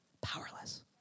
powerless